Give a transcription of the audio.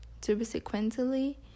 Subsequently